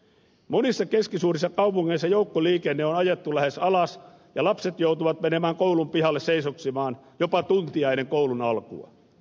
monissa keskisuurissa kaupungeissa joukkoliikenne on ajettu lähes alas ja lapset joutuvat menemään koulun pihalle seisoksimaan jopa tuntia ennen koulun alkua